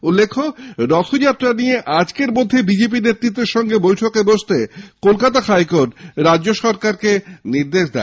উল্লেখ্য রথযাত্রার নিয়ে আজকের মধ্যে বিজেপি নেতৃত্বের সঙ্গে বৈঠকে বসতে আদালত রাজ্য সরকারকে নির্দেশ দেয়